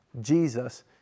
Jesus